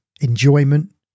enjoyment